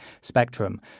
spectrum